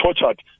tortured